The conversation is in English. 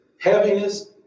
Heaviness